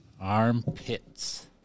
Armpits